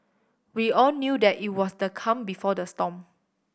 we all knew that it was the calm before the storm